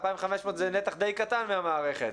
2,500 זה נתח די קטן מהמערכת.